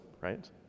Right